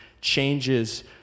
changes